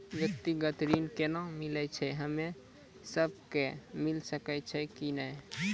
व्यक्तिगत ऋण केना मिलै छै, हम्मे सब कऽ मिल सकै छै कि नै?